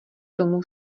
tomu